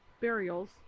Burials